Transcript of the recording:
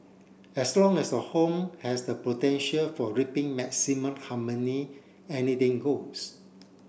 as long as the home has the potential for reaping maximum harmony anything goes